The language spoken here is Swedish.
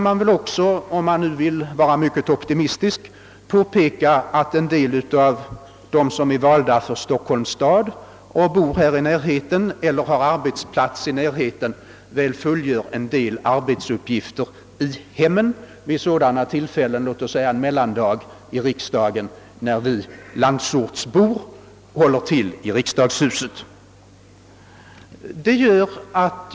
Man kan också, om man vill vara mycket optimistisk, påpeka att en del av dem som är valda för Stockholms stad och bor eller har arbetsplats här i närheten väl fullgör en del arbetsupp gifter i hemmen vid sådana tillfällen — låt oss säga mellandagar i riksdagen — då vi landsortsbor håller till i riksdagshuset.